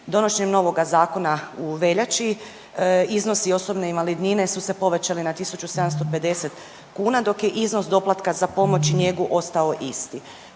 Donošenjem novoga zakona u veljači iznosi osobne invalidnine su se povećali na 1750 kuna, dok je iznos doplatka za pomoć i njegu ostao isti.